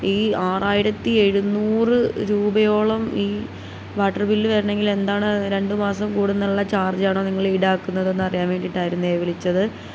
ഈ ആറായിരത്തി എഴുന്നൂറ് രൂപയോളം ഈ വാട്ടർ ബില്ല് വരണമെങ്കിൽ എന്താണ് രണ്ടു മാസം കൂടുന്നുള്ള ചാർജ് ആണോ നിങ്ങളീ ഈടാക്കുന്നത് എന്ന് അറിയാൻ വേണ്ടിയിട്ടായിരുന്നേ വിളിച്ചത്